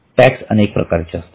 tax अनेक प्रकारचे असतात